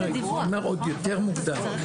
הוא אומר עוד יותר מוקדם.